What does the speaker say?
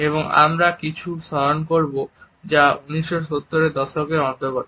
এবং আমি এমন কিছু স্মরণ করব যা 1970এর দশকের অন্তর্গত